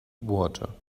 water